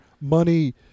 money